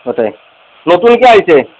নতুনকৈ আইছে